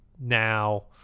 Now